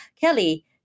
Kelly